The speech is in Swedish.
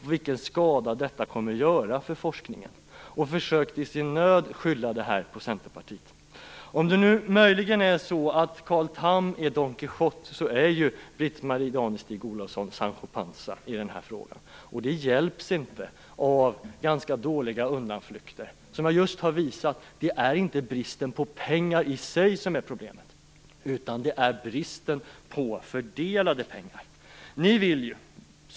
Hon försökte i sin nöd skylla detta på Centerpartiet. Det hjälper inte med ganska dåliga undanflykter. Som jag just har visat är det inte bristen på pengar i sig som är problemet, utan det är bristen på fördelade pengar.